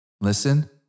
Listen